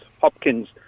Hopkins